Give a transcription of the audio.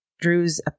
Drew's